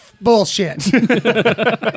bullshit